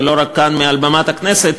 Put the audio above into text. ולא רק כאן מעל במת הכנסת,